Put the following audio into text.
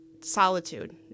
solitude